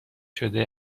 شده